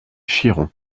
chiron